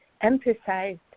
emphasized